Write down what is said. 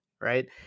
right